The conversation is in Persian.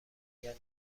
مگر